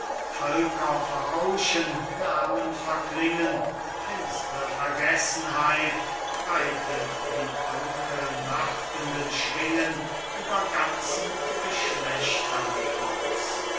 völker verrauschen namen verklingen finstre vergessenheit breitet die dunkelnachtenden schwingen über ganzen geschlechtern aus